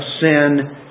sin